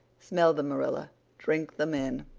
smell them, marilla drink them in.